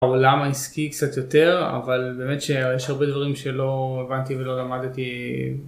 בעולם העסקי קצת יותר, אבל באמת שיש הרבה דברים שלא הבנתי ולא למדתי